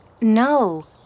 No